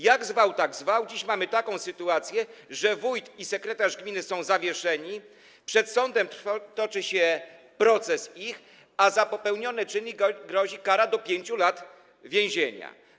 Jak zwał, tak zwał, dziś mamy taką sytuację, że wójt i sekretarz gminy są zawieszeni, przed sądem toczy się ich proces, a za popełnione czyny grozi im kara do 5 lat więzienia.